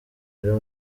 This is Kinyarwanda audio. rero